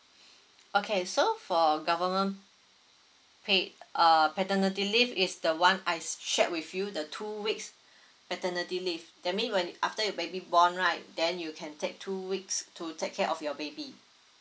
okay so for government paid uh paternity leave is the [one] I shared with you the two weeks paternity leave that mean when after your baby born right then you can take two weeks to take care of your baby